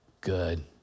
good